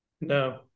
No